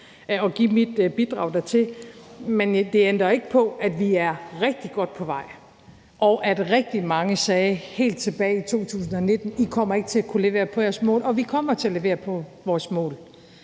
og give mit bidrag dertil. Men det ændrer ikke på, at vi er rigtig godt på vej, og at rigtig mange helt tilbage i 2019 sagde: I kommer ikke til at kunne levere på jeres mål. Men vi kommer til at levere på vores mål.